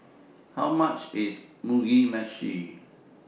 How much IS Mugi Meshi